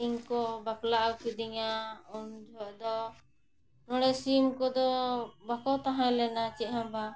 ᱥᱤᱢ ᱠᱚ ᱵᱟᱯᱞᱟ ᱟᱹᱜᱩ ᱠᱤᱫᱤᱧᱟ ᱩᱱ ᱡᱚᱦᱚᱜ ᱫᱚ ᱱᱚᱰᱮ ᱥᱤᱢ ᱠᱚᱫᱚ ᱵᱟᱠᱚ ᱛᱟᱦᱮᱸ ᱞᱮᱱᱟ ᱪᱮᱫ ᱦᱚᱸ ᱵᱟᱝ